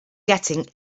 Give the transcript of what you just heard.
getting